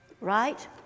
Right